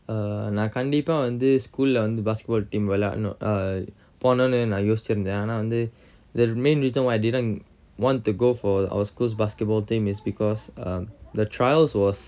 err நா கண்டிப்பா வந்து:na kandippa vanthu school lah வந்து:vanthu basketball team வெளையாடனும்:velaiyadanum err போன ஒனே நா யோசிச்சு இருந்தன் ஆனா வந்து:pona oney na yosichu irunthan aana vanthu the main reason why I didn't want to go for our school's basketball team is because um the trials was